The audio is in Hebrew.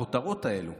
הכותרות האלה.